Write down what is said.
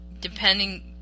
depending